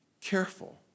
careful